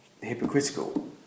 hypocritical